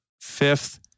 fifth